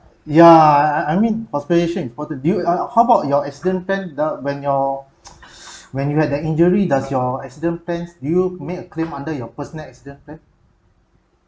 yeah I I mean hospitalisation is important you how how about your accident plan the when your when you had the injury does your accident plans do you make a claim under your personal accident plan